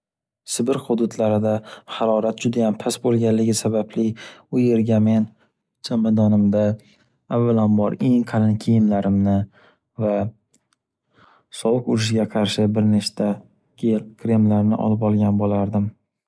﻿Sibir hududlarida harorat judayam past bo'lganligi sababli u yerga men chamadonimda avvalambor eng qalin kiyimlarimni va sovuq urishiga qarshi bir nechta gel kremlarni olib olgan bo'lardim.